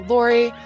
Lori